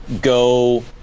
go